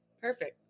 Perfect